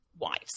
wives